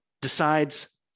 decides